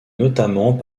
notamment